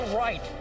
right